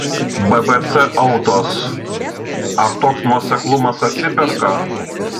bbc autos ar toks nuoseklumas atsiperka